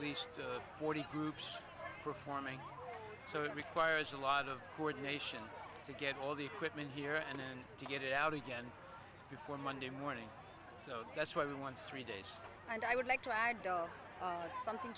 least forty groups performing so it requires a lot of coordination to get all the equipment here and then to get it out again before monday morning so that's why we want three days and i would like to add or something